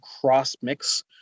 cross-mix